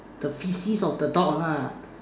the faeces of the dog ha